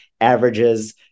averages